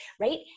right